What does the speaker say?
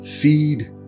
feed